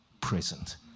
present